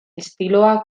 estiloa